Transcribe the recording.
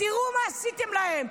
תראו מה עשיתם להם,